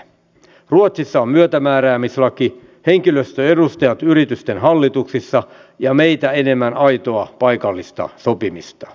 ruotsissa on myötämääräämislaki henkilöstön edustajat yritysten hallituksissa ja meitä enemmän aitoa paikallista sopimista